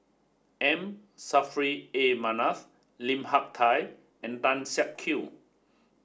M Saffri A Manaf Lim Hak Tai and Tan Siak Kew